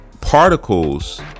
particles